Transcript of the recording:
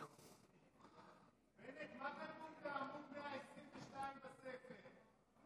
בנט, מה כתוב בעמ' 122 בספר?